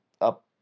up